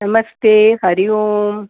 नमस्ते हरिः ओं